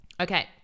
Okay